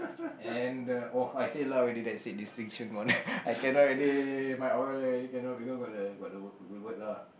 and the oh I said lah already that's it distinction on it I cannot already my oral really cannot because got the got the reward lah